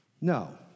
No